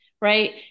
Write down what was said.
right